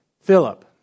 Philip